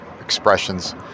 expressions